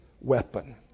weapon